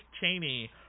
Cheney